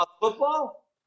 Football